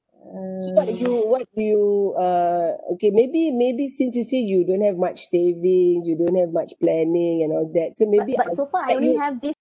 you what do you uh okay maybe maybe since you say you don't have much savings you don't have much planning and all that so maybe